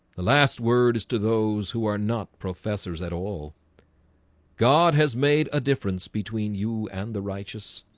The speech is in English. the last words to those who are not professors at all god has made a difference between you and the righteous.